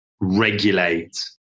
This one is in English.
regulate